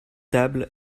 table